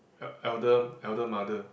el~ elder elder rmother